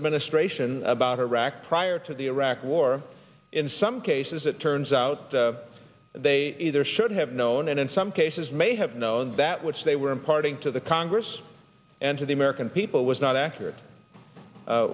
administration about iraq prior to the iraq war in some cases it turns out they either should have known and in some cases may have known that which they were imparting to the congress and to the american people was not accurate